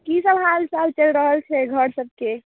की सब हालचाल कहि रहल छियै घर सब के